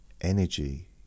energy